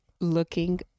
looking